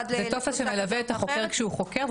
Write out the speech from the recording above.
זה טופס שמלווה את החוקר כשהוא חוקר,